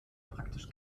praktisch